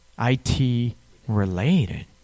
IT-related